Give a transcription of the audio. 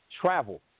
travel